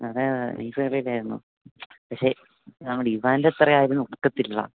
അതെ അതെ ഈസി കളിയല്ലായിരുന്നോ പക്ഷെ നമ്മുടെ ഇവാൻ്റ അത്രയും ആരും ഒക്കത്തില്ലടാ